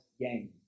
game